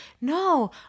no